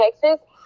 Texas